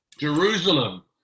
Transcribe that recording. Jerusalem